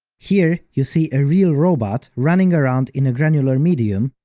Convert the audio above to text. here, you see a real robot running around in a granular medium,